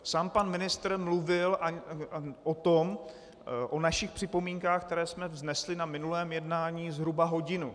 Sám pan ministr mluvil o našich připomínkách, které jsme vznesli na minulém jednání, zhruba hodinu.